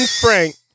Frank